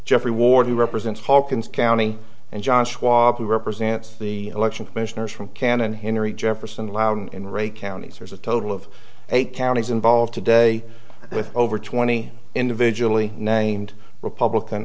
jeffrey ward who represents hawkins county and john schwab who represents the election commissioners from canon henry jefferson loud and rea counties there's a total of eight counties involved today with over twenty individually named republican